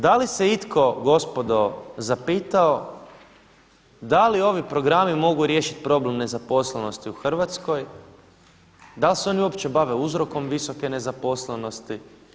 Da li se itko gospodo zapitao da li ovi programi mogu riješiti problem nezaposlenosti u Hrvatskoj, da li se oni uopće bave uzrokom visoke nezaposlenosti.